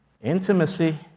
intimacy